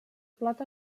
plat